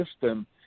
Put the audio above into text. system